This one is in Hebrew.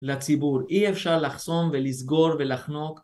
לציבור אי אפשר לחסום ולסגור ולחנוק